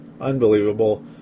unbelievable